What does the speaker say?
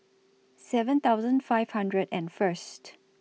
seven thousand five hundred and First